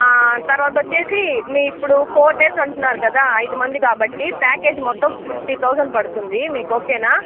తర్వాతొచ్చేసి మీ ఇప్పుడు four days అంటున్నారు కదా అయిదుమంది కాబట్టి ప్యాకేజ్ మొత్తం ఫిఫ్టీ థౌజండ్ పడుతుంది మీకు ఒకేనా